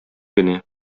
генә